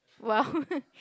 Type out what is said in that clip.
!wow!